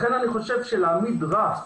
לכן אני חושב שלהעמיד רף